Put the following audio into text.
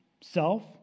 self